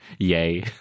Yay